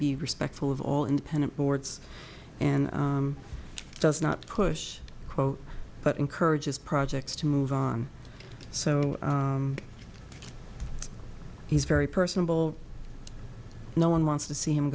be respectful of all independent boards and does not push but encourages projects to move on so he's very personable no one wants to see